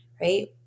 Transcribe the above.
right